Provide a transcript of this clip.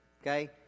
okay